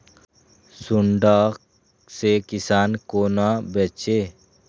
सुंडा से किसान कोना बचे?